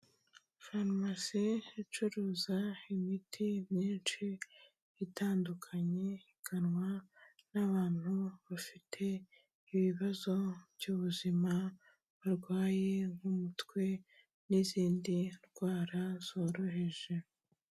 Farumasi icuruza imiti myinshi itandukanye iganwa n'abantu bafite ibibazo by'ubuzima barwaye nk'umutwe n'izindi ndwara zoroheje.